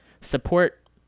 support